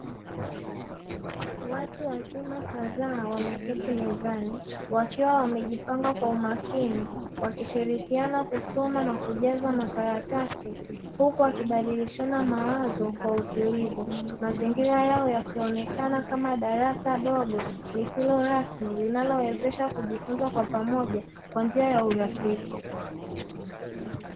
Watu wazima kadhaa wameketi mezani wakiwa wamejipanga kwa umakini, wakishirikina kusoma na kujaza makaratasi huku wakibadiliashana mawazo kwa utulivu, mazingira yao yakionekana kama darasa dogo lisilo rasmi, linalowezesha kujifunza kwa pamoja kwa njia ya urafiki.